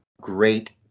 great